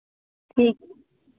ठीक है